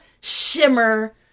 shimmer